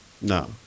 no